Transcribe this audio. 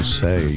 say